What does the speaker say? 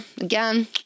again